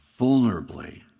vulnerably